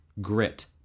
grit